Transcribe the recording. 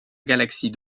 galaxie